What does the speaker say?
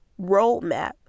roadmap